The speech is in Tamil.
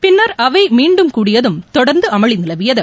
பின்னர் அவை மீன்டும் கூடியதும் தொடர்ந்து அமளி நிலவியது